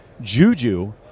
Juju